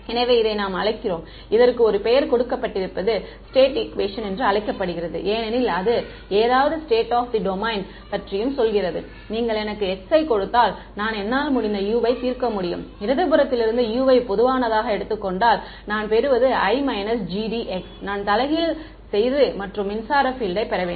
எனவே இதை நாம் அழைக்கிறோம் இதற்கு ஒரு பெயர் கொடுக்கப்பட்டிருப்பது ஸ்டேட் ஈக்குவேஷன் என்று அழைக்கப்படுகிறது ஏனெனில் அது ஏதாவது ஸ்டேட் ஆப் தி டொமைன் பற்றியும் சொல்கிறது நீங்கள் எனக்குக் χ யை கொடுத்தால் நான் என்னால் முடிந்த u வை தீர்க்க முடியும் இடது புறத்திலிருந்து u வை பொதுவானதாக எடுத்துக் கொண்டால் நான் பெறுவது I GDX நான் தலைகீழ் செய்து மற்றும் மின்சார பீல்டை பெற வேண்டும்